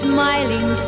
Smiling